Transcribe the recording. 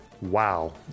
Wow